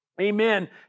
Amen